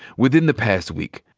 within the past week,